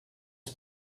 his